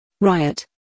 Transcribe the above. Riot